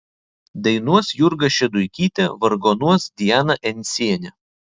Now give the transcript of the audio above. dainuos jurga šeduikytė vargonuos diana encienė